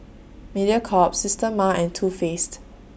Mediacorp Systema and Too Faced